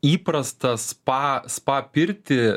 įprastą spa spa pirtį